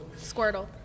Squirtle